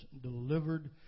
delivered